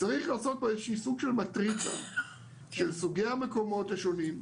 צריך לעשות איזה סוג של מטריצה של סוגי המקומות השונים,